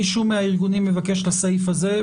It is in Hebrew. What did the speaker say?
מישהו מהארגונים מבקש להעיר לסעיף הזה?